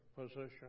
position